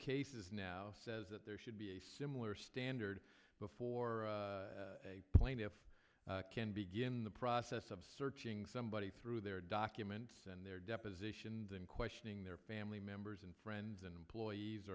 cases now says that there should be a similar standard before a plaintiff can begin the process of searching somebody through their documents and their depositions and questioning their family members and friends and employees